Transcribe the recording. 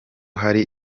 hari